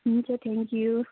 हुन्छ थ्याङ्क्यु